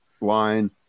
line